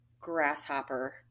grasshopper